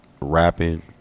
rapping